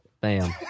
bam